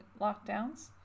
lockdowns